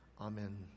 Amen